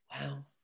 Wow